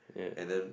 and then